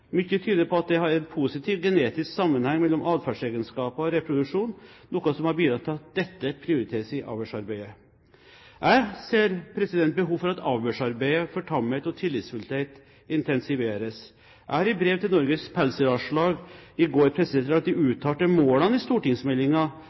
tyder på at det er en positiv genetisk sammenheng mellom atferdsegenskaper og reproduksjon, noe som har bidratt til at dette prioriteres i avlsarbeidet. Jeg ser behov for at avlsarbeidet for tamhet og tillitsfullhet intensiveres. Jeg har i brev til Norges Pelsdyralslag i går presisert at de